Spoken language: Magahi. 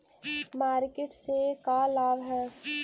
मार्किट से का लाभ है?